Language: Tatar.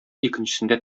икенчесендә